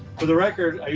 for the record,